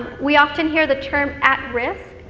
we often hear the term at risk.